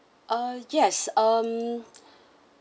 uh yes um